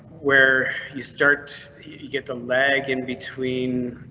where you start, you get the leg inbetween